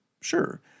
Sure